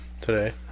today